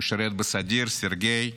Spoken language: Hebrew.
שירת בסדיר, סרגיי.